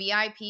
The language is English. VIP